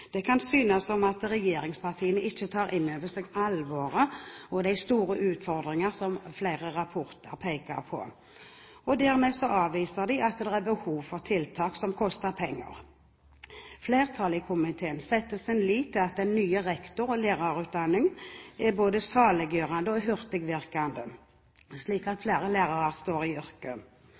Det kan synes som om regjeringspartiene ikke tar inn over seg alvoret og de store utfordringene som flere rapporter peker på, og dermed avviser de at det er behov for tiltak som koster penger. Flertallet i komiteen setter sin lit til at den nye rektor- og lærerutdanningen er både saliggjørende og hurtigvirkende, slik at flere lærere står lenger i yrket.